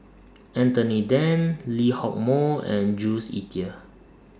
Anthony Then Lee Hock Moh and Jules Itier